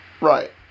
Right